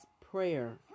prayer